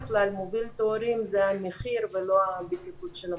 כלל מוביל את ההורים זה המחיר ולא הבטיחות של המוצר.